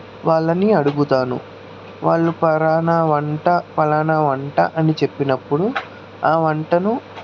వాళ్ళని అడుగుతాను వాళ్ళు ఫలాన వంట ఫలాన వంట అని చెప్పినప్పుడు ఆ వంటను